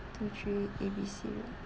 two three A B C